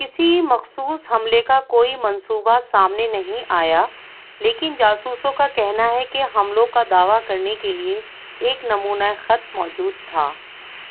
کسی مخصوص حملے کا کوئی منصوبہ سامنے نہیں آیا لیکن جاسوسوں کا کہنا ہے کہ حملوں کا دعویٰ کرنے کے لیے ایک نمونۂ خط موجود تھا